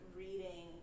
reading